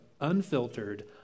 unfiltered